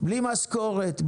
בלי משכורת,